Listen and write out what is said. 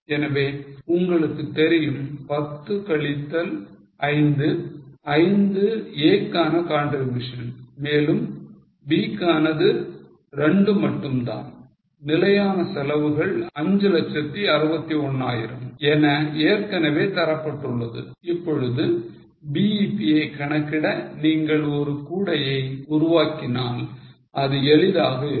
எனவே உங்களுக்கு தெரியும் 10 கழித்தல் 5 5 A கான contribution மேலும் B கானது 2 மட்டும் தான் நிலையானசெலவுகள் 561000 என ஏற்கனவே தரப்பட்டுள்ளது இப்பொழுது BEP ஐ கணக்கிட நீங்கள் ஒரு கூடையை உருவாக்கினால் இது எளிதாக இருக்கும்